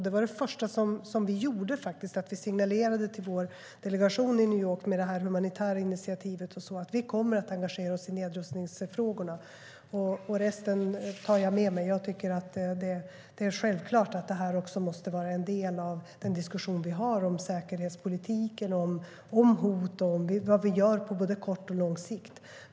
Det var faktiskt det första vi gjorde, nämligen att vi signalerade till vår delegation i New York om detta humanitära initiativ och sa att vi kommer att engagera oss i nedrustningsfrågorna. Resten tar jag med mig. Jag tycker att det är självklart att detta också måste vara en del av den diskussion vi har om säkerhetspolitiken, om hot och om vad vi gör på både kort och lång sikt.